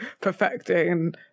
perfecting